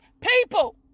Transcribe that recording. people